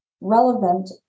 relevant